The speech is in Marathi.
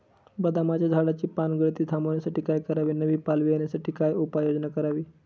बदामाच्या झाडाची पानगळती थांबवण्यासाठी काय करावे? नवी पालवी येण्यासाठी काय उपाययोजना करावी?